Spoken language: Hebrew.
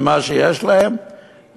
מה שיש להם,